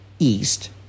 East